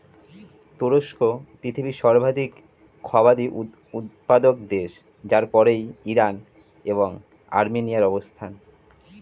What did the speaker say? তুরস্ক পৃথিবীর সর্বাধিক খোবানি উৎপাদক দেশ যার পরেই ইরান এবং আর্মেনিয়ার অবস্থান